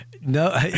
no